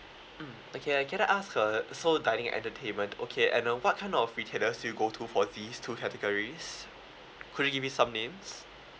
okay can I ask uh so dining and entertainment okay and uh what kind of retailers you go to for these two categories could you give me some names